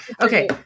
Okay